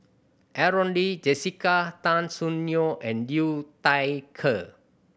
Aaron Lee Jessica Tan Soon Neo and Liu Thai Ker